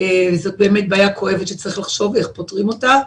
זו באמת בעיה כואבת שצריך לחשוב איך פותרים אותה.